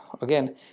again